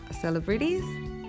celebrities